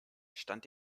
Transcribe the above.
stand